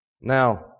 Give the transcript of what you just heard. Now